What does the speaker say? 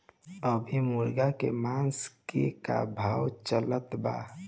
अभी मुर्गा के मांस के का भाव चलत बा?